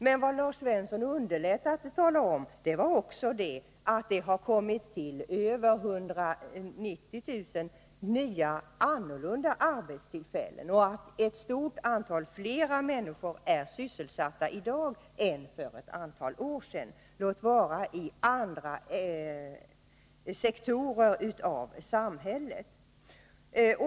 Men vad Lars Svensson underlät att tala om var att det tillkommit över 190 000 nya, annorlunda arbetstillfällen och betydligt fler människor är sysselsatta i dag än för ett antal år sedan, låt vara i andra sektorer av samhället.